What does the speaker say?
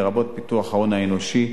לרבות פיתוח ההון האנושי,